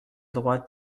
droite